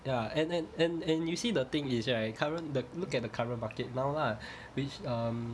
ya and and and and you see the thing is right current the look at the current market now lah which um